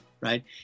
right